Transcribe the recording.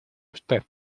usted